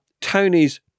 Tony's